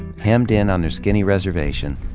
hemmed in on their skinny reservation,